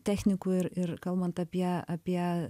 technikų ir ir kalbant apie apie